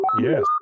Yes